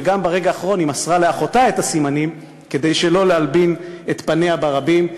וברגע האחרון היא מסרה לאחותה את הסימנים כדי שלא להלבין את פניה ברבים,